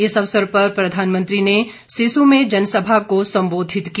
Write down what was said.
इस अवसर पर प्रधानमंत्री ने सिस् में जनसभा को भी संबोधित किया